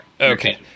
Okay